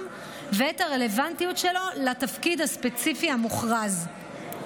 ואת הרלוונטיות שלו לתפקיד הספציפי המוכרז.